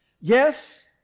Yes